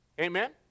Amen